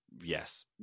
Yes